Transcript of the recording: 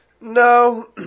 No